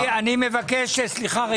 סליחה.